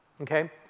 Okay